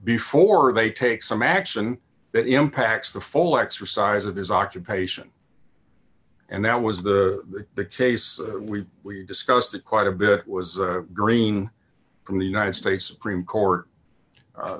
before they take some action that impacts the full exercise of his occupation and that was the case we we discussed it quite a bit was green from the united states supreme court